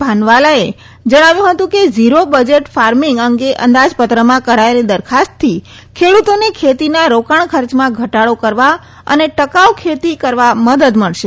ભાન્વાલાએ ણાવ્યું હતું કે ઝીરો બજેટ ફાર્મીંગ અંગે અંદા ત્રમાં કરાયેલી દરખાસ્તથી ખેડતોને ખેતીના રોકાણ ખર્ચમાં ઘટાડો કરવા અને ટકાઉ ખેતી કરવા મદદ મળશે